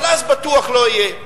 אבל אז בטוח לא יהיה.